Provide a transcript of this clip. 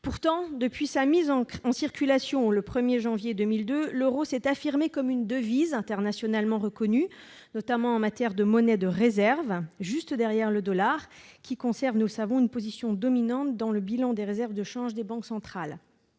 Pourtant, depuis sa mise en circulation le 1 janvier 2002, l'euro s'est affirmé comme une devise internationalement reconnue, notamment en matière de monnaie de réserve, juste derrière le dollar qui conserve, nous le savons, une position dominante dans le bilan des réserves de change des banques centrales,